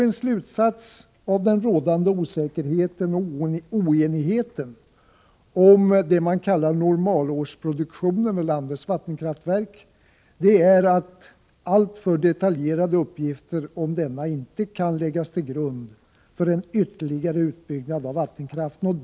En slutsats av den rådande osäkerheten och oenigheten om det man kallar normalårsproduktionen vid landets vattenkraftverk är att detaljerade uppgifter om denna inte kan läggas till grund för en ytterligare utbyggnad av vattenkraften.